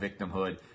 victimhood